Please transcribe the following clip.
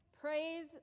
Praise